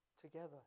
together